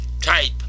type